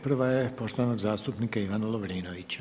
Prva je poštovanog zastupnika Ivana Lovrinovića.